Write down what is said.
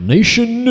Nation